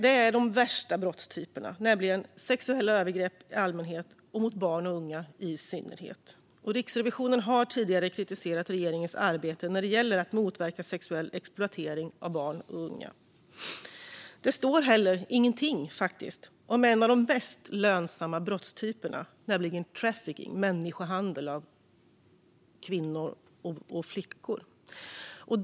Det handlar om de värsta brottstyperna, nämligen sexuella övergrepp i allmänhet och mot barn och unga i synnerhet. Riksrevisionen har tidigare kritiserat regeringens arbete när det gäller att motverka sexuell exploatering av barn och unga. Det står faktiskt inte heller någonting om en av de mest lönsamma brottstyperna, nämligen trafficking - människohandel med kvinnor och flickor.